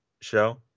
show